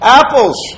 apples